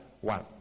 one